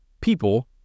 people